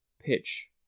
pitch